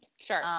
Sure